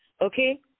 okay